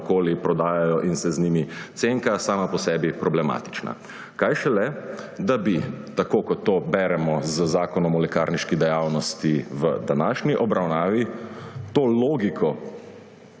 naokoli, prodajajo in se z njimi cenka, sama po sebi problematična. Kaj šele, da bi, tako kot to beremo z zakonom o lekarniški dejavnosti v današnji obravnavi, to logiko